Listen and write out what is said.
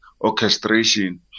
orchestration